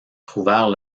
trouvèrent